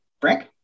Frank